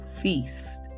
Feast